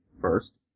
first